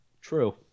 True